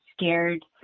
scared